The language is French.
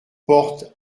portes